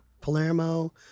Palermo